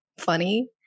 funny